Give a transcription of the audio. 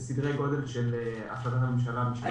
וזאת בסדרי גודל של החלטת הממשלה משנה שעברה.